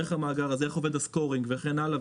ואיך עובד הסקורינג וכן הלאה,